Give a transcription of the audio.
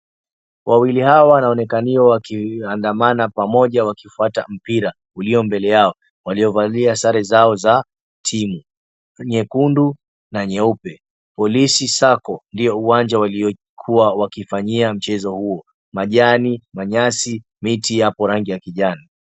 Wawili hawa wanaonekaniwa wakiandamana pamoja wakifuata mpira ulio mbele yao ,wakivalia sare zao za timu nyekundu na nyeupe .Police sacco ndo uwanja waliokuwa wakifanyia mchezo huo, majani ,manyasi miti ya rangi kijani.